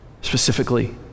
specifically